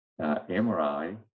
MRI